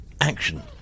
action